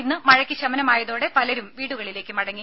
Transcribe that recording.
ഇന്ന് മഴക്ക് ശമനമായതോടെ പലരും വീടുകളിലേക്ക് മടങ്ങി